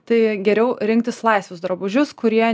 tai geriau rinktis laisvus drabužius kurie